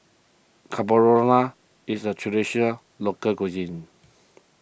is a Traditional Local Cuisine